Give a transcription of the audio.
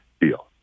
deal